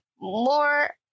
more